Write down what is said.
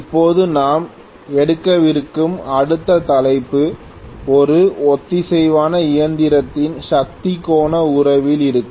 இப்போது நாம் எடுக்கவிருக்கும் அடுத்த தலைப்பு ஒரு ஒத்திசைவான இயந்திரத்தின் சக்தி கோண உறவில் இருக்கும்